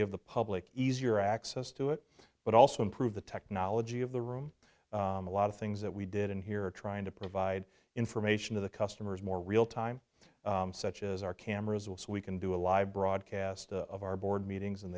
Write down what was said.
give the public easier access to it but also improve the technology of the room a lot of things that we did in here trying to provide information to the customers more real time such as our cameras will so we can do a live broadcast of our board meetings and